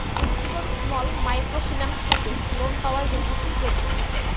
Ujjivan small microfinance থেকে loan পাওয়ার জন্য কি করব?